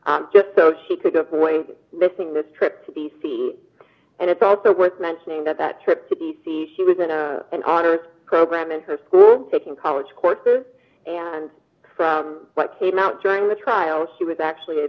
out just so she could bring missing this trip to d c and it's also worth mentioning that that trip to d c she was an honors program at her school taking college courses and from what came out during the trial she was actually a